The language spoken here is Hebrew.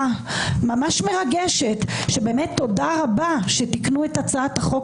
ממש מרגשת שבאמת תודה רבה שתיקנו את הצעת החוק